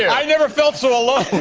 i never felt so alone.